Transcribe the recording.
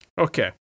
Okay